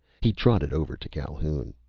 he trotted over to calhoun.